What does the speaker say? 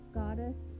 goddess